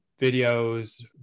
videos